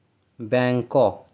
Bangkok